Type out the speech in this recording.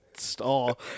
Stall